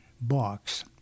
box